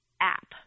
app